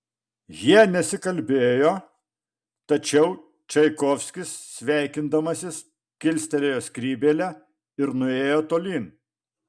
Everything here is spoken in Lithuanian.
jie nesikalbėjo tačiau čaikovskis sveikindamasis kilstelėjo skrybėlę ir nuėjo tolyn